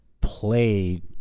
play